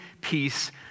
peace